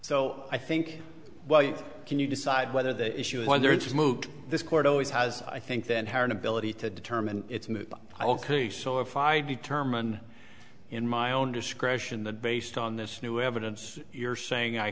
so i think while you can you decide whether the issue is whether it's moot this court always has i think then her inability to determine it's moot ok so if i determine in my own discretion that based on this new evidence you're saying i